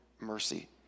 mercy